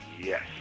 yes